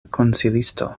konsilisto